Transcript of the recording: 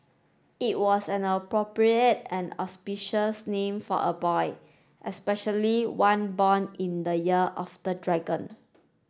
it was an appropriate and auspicious name for a boy especially one born in the year of the dragon